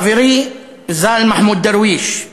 חברי ז"ל מחמוד דרוויש,